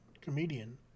comedian